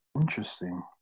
interesting